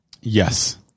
Yes